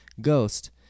ghost